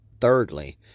thirdly